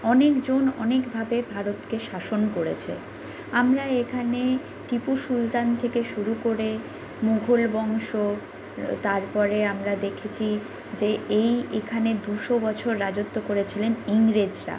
অনেকজন অনেকভাবে ভারতকে শাসন করেছে আমরা এখানে টিপু সুলতান থেকে শুরু করে মুঘল বংশ তারপরে আমরা দেখেছি যে এই এখানে দুশো বছর রাজত্ব করেছিলেন ইংরেজরা